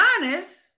honest